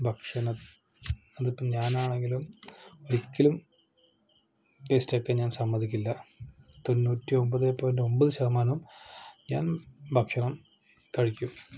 ഭക്ഷണം അതിപ്പോൾ ഞാനാണെങ്കിലും ഒരിക്കലും വേസ്റ്റാക്കാൻ ഞാൻ സമ്മതിക്കില്ല തൊണ്ണൂറ്റി ഒൻപത് പോയിൻറ്റ് ഒൻപത് ശതമാനവും ഞാൻ ഭക്ഷണം കഴിക്കും